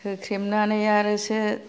होख्रेमनानै आरो